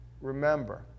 remember